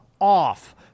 off